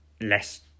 less